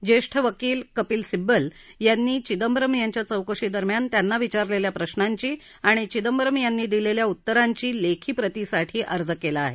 ज्येष्ठ वकील कपिल सिब्बल यांनी चिदंबरम यांच्या चौकाशीदरम्यान त्यांना विचारलेल्या प्रश्नांपी आणि धिदंबरम यांनी दिलेल्या उत्तरांची लेखी प्रतिसाठी अर्ज केला आहे